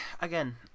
again